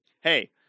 hey